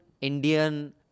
Indian